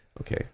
Okay